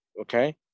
okay